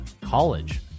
College